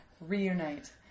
reunite